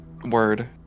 word